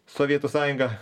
sovietų sąjunga